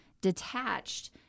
detached